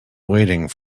waiting